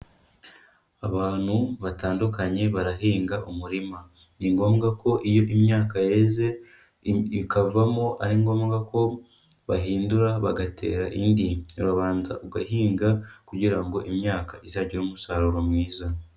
Abantu batandukanye barahinga umurima, ni ngombwa ko iyo imyaka yeze ikavamo ari ngombwa ko bahindura bagatera indi, urabanza ugahinga kugira ngo imyaka izagire umusaruro mwiza.